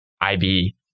IB